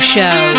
Show